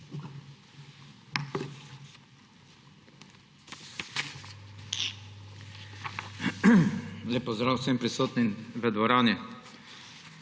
Hvala